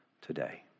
today